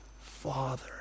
Father